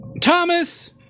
Thomas